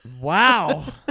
Wow